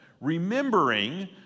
remembering